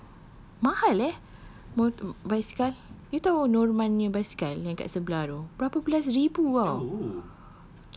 hello mahal eh mo~ basikal you tahu norman punya basikal yang kat sebelah tu berapa belas ribu [tau]